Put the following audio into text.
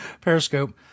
periscope